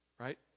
right